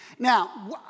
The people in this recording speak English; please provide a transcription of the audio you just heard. Now